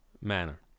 manner